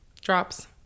Drops